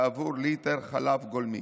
בעבור ליטר חלב גולמי.